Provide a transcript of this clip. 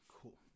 Cool